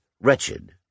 wretched